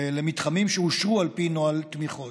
למתחמים שאושרו על פי נוהל תמיכות.